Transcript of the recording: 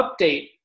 update